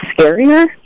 scarier